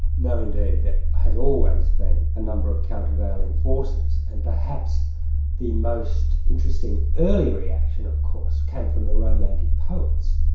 no indeed. there have always been a number of countervailing forces, and perhaps the most interesting early reaction, of course, came from the romantic poets,